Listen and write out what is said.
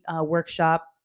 workshop